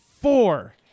four